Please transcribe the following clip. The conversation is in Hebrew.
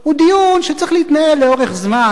הוא דיון שצריך להתנהל לאורך זמן.